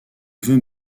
veux